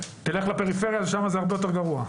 תלך לפריפריה שם זה הרבה יותר גרוע.